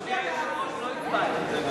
אדוני היושב-ראש, לא הצבעתי.